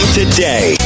today